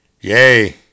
Yay